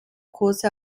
kurse